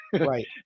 right